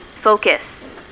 Focus